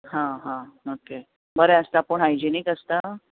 हां हां ओके बरें आसता पूण हायजीनीक आसता